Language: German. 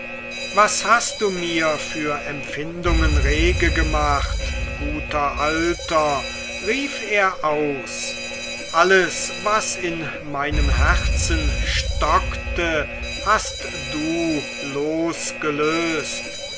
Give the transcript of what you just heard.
was hast du mir für empfindungen rege gemacht guter alter rief er aus alles was in meinem herzen stockte hast du losgelöst